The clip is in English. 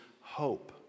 hope